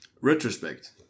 Retrospect